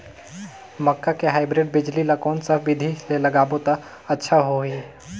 मक्का के हाईब्रिड बिजली ल कोन सा बिधी ले लगाबो त अच्छा होहि?